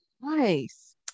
nice